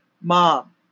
mom